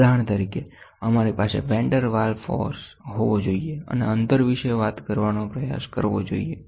ઉદાહરણ તરીકે અમારી પાસે Van der Waals ફોર્સ હોવો જોઈએ અને અંતર વિશે વાત કરવાનો પ્રયાસ કરવો જોઈએ